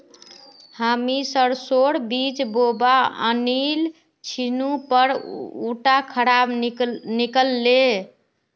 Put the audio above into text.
हामी सरसोर बीज बोवा आनिल छिनु पर उटा खराब निकल ले